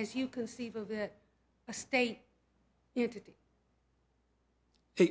as you conceive of a state